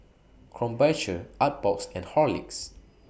Krombacher Artbox and Horlicks